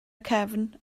cefn